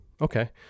okay